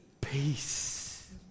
peace